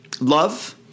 love